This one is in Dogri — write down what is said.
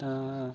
तां